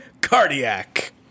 Cardiac